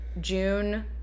June